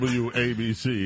wabc